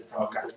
Okay